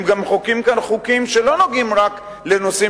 הם גם מחוקקים כאן חוקים שלא נוגעים רק לנושאים